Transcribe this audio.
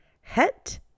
Het